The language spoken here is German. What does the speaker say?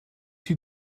die